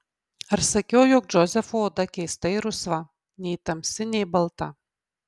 ar sakiau jog džozefo oda keistai rusva nei tamsi nei balta